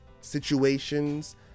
situations